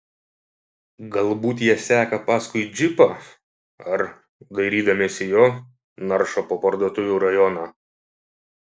galbūt jie seka paskui džipą ar dairydamiesi jo naršo po parduotuvių rajoną